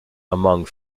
among